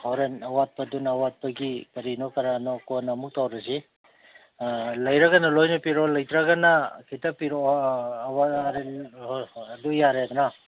ꯍꯣꯔꯦꯟ ꯑꯋꯥꯠꯄꯗꯨꯅ ꯑꯋꯥꯠꯄꯒꯤ ꯀꯔꯤꯅꯣ ꯀꯔꯥꯅꯣ ꯀꯣꯟꯅ ꯑꯃꯨꯛ ꯇꯧꯔꯁꯤ ꯂꯩꯔꯒꯅ ꯂꯣꯏꯅ ꯄꯤꯔꯛꯑꯣ ꯂꯩꯇ꯭ꯔꯒꯅ ꯈꯤꯇ ꯄꯤꯔꯛꯑꯣ ꯍꯣꯏ ꯍꯣꯏ ꯑꯗꯨ ꯌꯥꯔꯦꯗꯅ